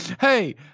Hey